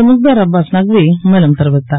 ரு முக்தார் அப்பாஸ் நக்வி மேலும் தெரிவித்தார்